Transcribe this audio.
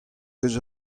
eus